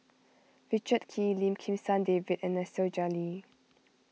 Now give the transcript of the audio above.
Richard Kee Lim Kim San David and Nasir Jalil